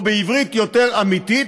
או בעברית יותר אמיתית,